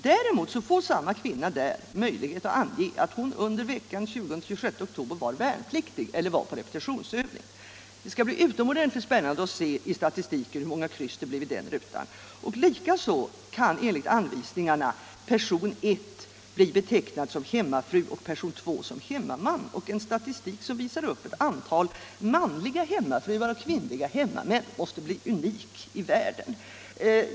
Däremot får samma kvinna möjlighet att ange att hon under veckan 20-26 oktober var värnpliktig eller var på repetitionsövning. Det skall bli utomordentligt spännande att i statistiken se hur många kryss det blev i den rutan. z Likaså kan enligt anvisningarna person I bli betecknad som hemmafru och person 2 som hemmaman. En statistik som visar upp ett antal manliga hemmafruar och kvinnliga hemmamän måste bli unik i världen.